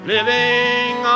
Living